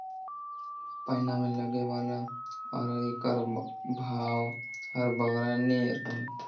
पैना मे लगे वाला अरई कर भाव हर बगरा नी रहें